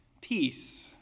Peace